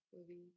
movie